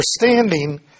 understanding